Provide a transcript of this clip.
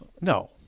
No